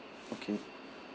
okay